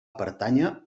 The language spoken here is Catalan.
pertànyer